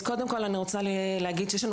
אז קודם כל אני רוצה להגיד שיש לנו